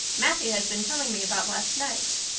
matthew has been telling me about last night.